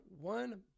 one